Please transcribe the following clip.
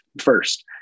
first